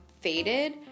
faded